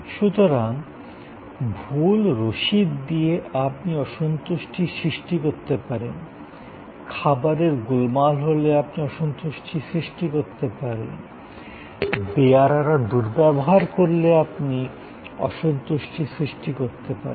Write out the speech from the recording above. সুতরাং ভুল রশিদ দিয়ে আপনি অসন্তুষ্টি সৃষ্টি করতে পারেন খাবারে গোলমাল হলে আপনি অসন্তুষ্টি সৃষ্টি করতে পারেন বেয়ারারা দুর্ব্যবহার করলে আপনি অসন্তুষ্টি সৃষ্টি করতে পারেন